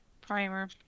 primer